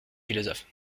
philosophes